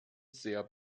sehr